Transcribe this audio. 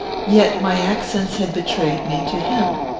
yet my accents had betrayed me to him.